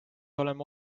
oleme